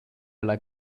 alla